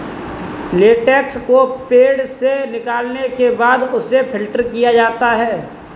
latex को पेड़ से निकालने के बाद उसे फ़िल्टर किया जाता है